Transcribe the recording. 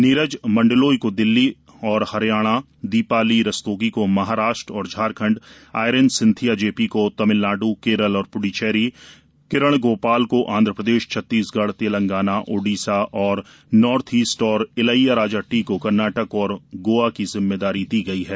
नीरज मंडलोई को दिल्ली और हरियाणा दीपाली रस्तोगी को महाराष्ट्र और झारखंड आइरिन सिंथिया जेपी को तमिलनाइ केरल और प्ड्चेरी किरण गोपाल को आंध्रप्रदेश छत्तीसगढ़ तेलंगाना उड़ीसा और नार्थ ईस्ट और इलैया राजा टी को कर्नाटक और गोवा को ज़िम्मेदारी दी गयी ही